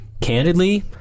Candidly